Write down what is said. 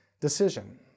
decision